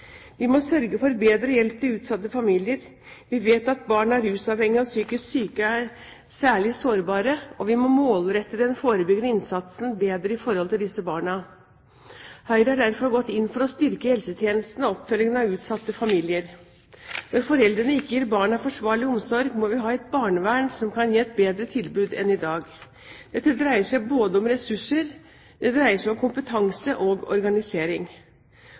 Vi må sørge for bedre hjelp til utsatte familier. Vi vet at barn av rusavhengige og psykisk syke er særlig sårbare, og vi må målrette den forebyggende innsatsen bedre i forhold til disse barna. Høyre har derfor gått inn for å styrke helsetjenesten og oppfølgingen av utsatte familier. Når foreldrene ikke gir barna forsvarlig omsorg, må vi ha et barnevern som kan gi et bedre tilbud enn i dag. Dette dreier seg om ressurser – det dreier seg om kompetanse og organisering.